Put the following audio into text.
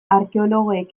arkeologoek